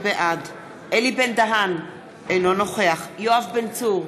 בעד יואב בן צור,